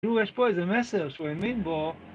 יש פה איזה מסר שהוא האמין בו.